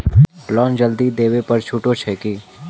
Loan जल्दी देबै पर छुटो छैक की?